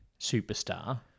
superstar